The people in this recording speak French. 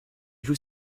joue